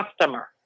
customer